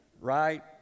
right